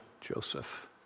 Joseph